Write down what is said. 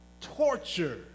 torture